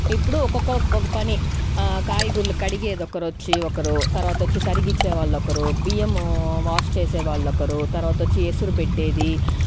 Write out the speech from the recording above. ఇప్పుడు ఒక్కొక్కరు ఒక్కొక్క పని కాయగూరలు కడిగేది ఒకరొచ్చి ఒకరు తర్వాత వచ్చి తరిగించే వాళ్ళు ఒకరు బియ్యం వాష్ చేసే వాళ్ళు ఒకరు తర్వాత వచ్చి ఎసురూపెట్టేది